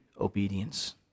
obedience